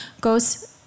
goes